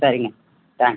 சரிங்க தேங்க்ஸ்